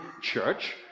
church